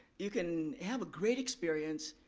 you can have a great experience,